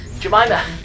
Jemima